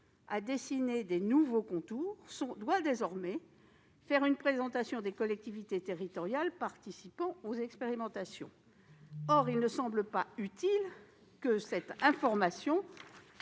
a dessiné de nouveaux contours, doit désormais présenter les collectivités territoriales participant aux expérimentations. Or il ne semble pas utile que cette information